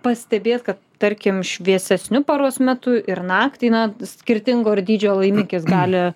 pastebėt kad tarkim šviesesniu paros metu ir naktį na skirtingo ir dydžio laimikis gali